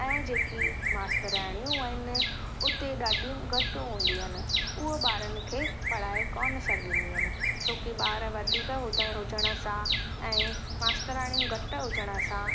ऐं जेकी मास्तराणियूं आहिनि उते ॾाढियूं घटि हूंदियूं आहिनि उहे ॿारनि खे पढ़ाए कान सघंदियूं आहिनि छोकी ॿार वधीक हुजण सां ऐं मास्ताराणियूं घटि हुजण सां